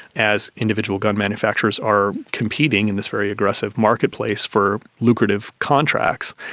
as individual gun manufacturers are competing in this very aggressive marketplace for lucrative contracts,